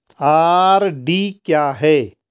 RD क्या है?